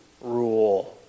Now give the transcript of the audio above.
rule